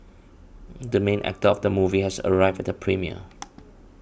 the main actor of the movie has arrived at the premiere